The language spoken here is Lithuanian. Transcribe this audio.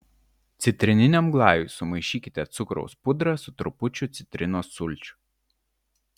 citrininiam glajui sumaišykite cukraus pudrą su trupučiu citrinos sulčių